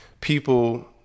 people